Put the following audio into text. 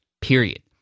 period